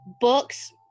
books